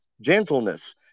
gentleness